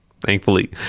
Thankfully